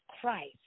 Christ